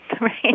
right